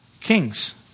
kings